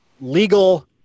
legal